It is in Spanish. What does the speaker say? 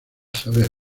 saber